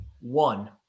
One